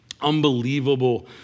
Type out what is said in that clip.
unbelievable